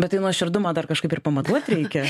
bet tai nuoširdumą dar kažkaip ir pamatuot reikia